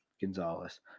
Gonzalez